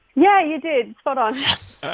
yeah you did, spot on yes, ah